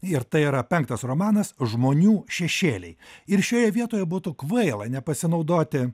ir tai yra penktas romanas žmonių šešėliai ir šioje vietoje būtų kvaila nepasinaudoti